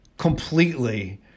completely